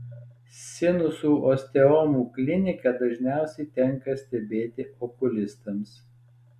sinusų osteomų kliniką dažniausiai tenka stebėti okulistams